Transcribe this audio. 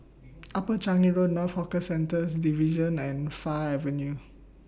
Upper Changi Road North Hawker Centres Division and Fire Avenue